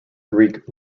greek